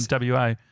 wa